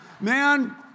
Man